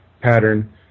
pattern